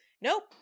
nope